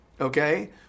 Okay